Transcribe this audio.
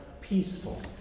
peaceful